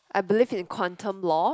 I believe in quantum law